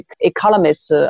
economists